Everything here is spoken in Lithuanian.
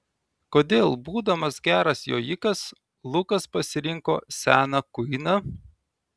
kodėl būdamas geras jojikas lukas pasirinko seną kuiną